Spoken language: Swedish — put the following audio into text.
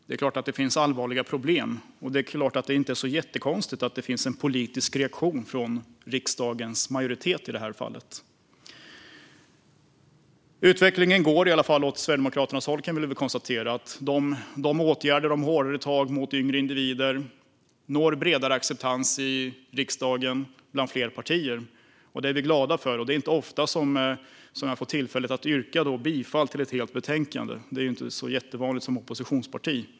Det är klart att det finns allvarliga problem, och det är inte jättekonstigt att det finns en politisk reaktion - i det här fallet från en riksdagsmajoritet. Utvecklingen går i alla fall åt Sverigedemokraternas håll, kan vi konstatera. Åtgärder för hårdare tag mot yngre individer når bredare acceptans i riksdagen bland fler partier, och det är vi glada för. Det är inte ofta jag får tillfälle att yrka bifall till utskottets förslag. Det är inte så jättevanligt för ett oppositionsparti.